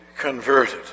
converted